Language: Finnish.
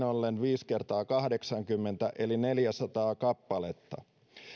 ollen viisi kertaa kahdeksankymmentä eli neljäsataa kappaletta